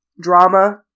drama